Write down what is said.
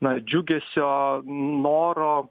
na džiugesio noro